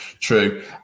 true